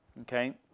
Okay